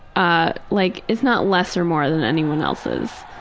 ah like it's not less or more than anyone else's.